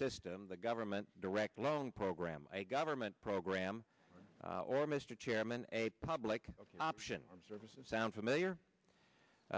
system the government direct loan program a government program or mr chairman a public option arm services sound familiar